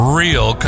real